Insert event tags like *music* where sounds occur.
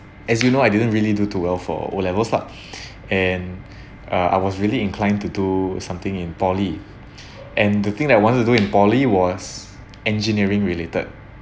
as you know I didn't really do too well for O levels lah *breath* and *breath* uh I was really inclined to do something in poly *breath* and the thing that I wanted to do in poly was engineering related